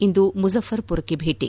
ಇಂದು ಮುಝಫರ್ಪುರಕ್ಕೆ ಭೇಟಿ